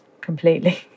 completely